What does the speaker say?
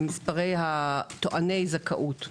במספרי טועני הזכאות.